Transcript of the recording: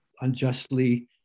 unjustly